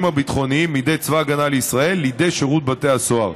הביטחוניים מידי צבא הגנה לישראל לידי שירות בתי הסוהר.